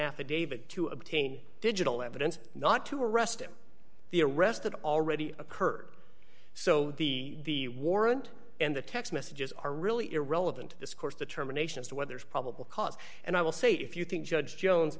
affidavit to obtain digital evidence not to arrest him the arrest that already occurred so the warrant and the text messages are really irrelevant discourse determination as to whether it's probable cause and i will say if you think judge jones